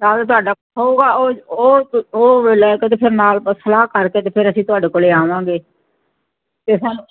ਤਾਂ ਵੀ ਤੁਹਾਡਾ ਹੋਊਗਾ ਉਹ ਉਹ ਲੈ ਕੇ ਅਤੇ ਫਿਰ ਨਾਲ ਸਲਾਹ ਕਰਕੇ ਅਤੇ ਫਿਰ ਅਸੀਂ ਤੁਹਾਡੇ ਕੋਲ ਆਵਾਂਗੇ ਅਤੇ ਹੁਣ